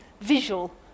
visual